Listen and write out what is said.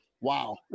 wow